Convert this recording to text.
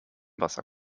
wasser